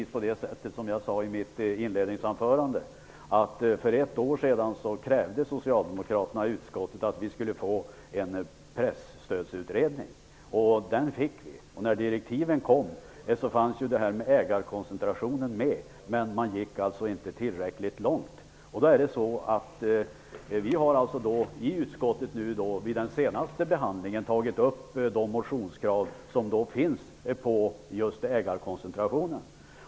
Som jag sade i mitt inledningsanförande krävde socialdemokraterna i utskottet för ett år sedan en presstödsutredning, och den fick vi. I direktiven fanns frågan om ägarkoncentrationen med, men man gick inte tillräckligt långt. Vi har i samband med utskottets senaste behandling av frågan tagit upp de motionskrav som finns beträffande just ägarkoncentrationen.